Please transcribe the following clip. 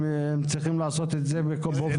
לא.